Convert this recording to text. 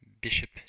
bishop